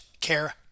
Care